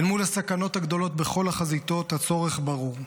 אל מול הסכנות הגדולות בכל החזיתות, הצורך ברור.